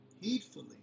heedfully